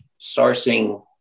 sourcing